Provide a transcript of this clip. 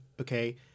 okay